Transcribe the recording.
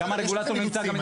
גם הרגולטור נמצא --- לא,